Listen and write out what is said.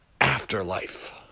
afterlife